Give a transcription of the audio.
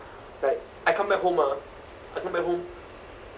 right I come back home ah I come back home